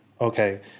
okay